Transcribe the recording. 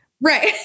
Right